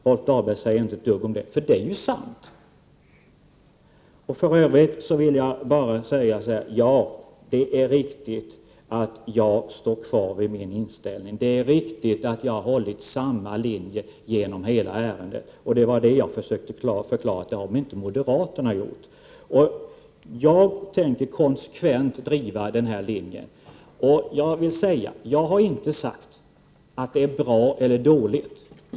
Rolf Dahlberg sade inte ett dugg om det, för det är ju sant. För övrigt vill jag bara säga att det är riktigt att jag står kvar vid samma ställningstagande. Det är riktigt att jag har hållit samma linje hela ärendet igenom, men det har inte moderaterna gjort. Det var det jag försökte förklara. Jag tänker konsekvent driva denna linje. Jag har inte sagt att det är bra eller dåligt.